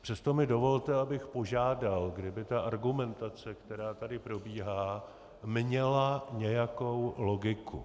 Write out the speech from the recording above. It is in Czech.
Přesto mi dovolte, abych požádal, kdyby ta argumentace, která tady probíhá, měla nějakou logiku.